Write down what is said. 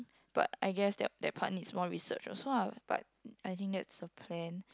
but I guess that that part needs more research also lah but I think that's a plan